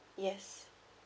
yes